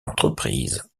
entreprise